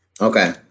Okay